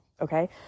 Okay